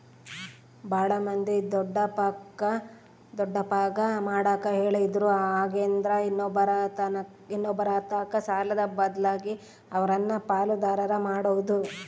ಬಾಳ ಮಂದಿ ದೊಡ್ಡಪ್ಪಗ ಮಾಡಕ ಹೇಳಿದ್ರು ಹಾಗೆಂದ್ರ ಇನ್ನೊಬ್ಬರತಕ ಸಾಲದ ಬದ್ಲಗೆ ಅವರನ್ನ ಪಾಲುದಾರ ಮಾಡೊದು